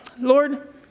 Lord